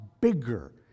bigger